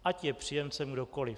Ať je příjemcem kdokoli.